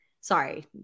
Sorry